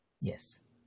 Yes